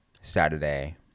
Saturday